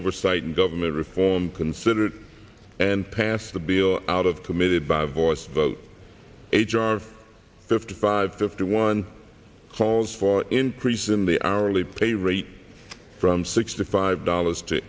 oversight and government reform considered and passed the bill out of committed by voice vote h r fifty five fifty one calls for increase in the hourly pay rate from sixty five dollars to